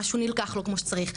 משהו נלקח לא כמו שצריך.